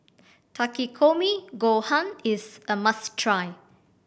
Takikomi Gohan is a must try